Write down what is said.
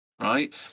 right